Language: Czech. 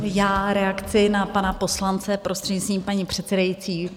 Já reakci na pana poslance, prostřednictvím paní předsedající.